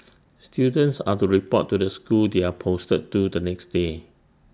students are to report to the school they are posted to the next day